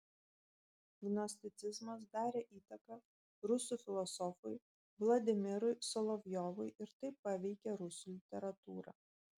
gnosticizmas darė įtaką rusų filosofui vladimirui solovjovui ir taip paveikė rusų literatūrą